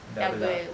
doubled ah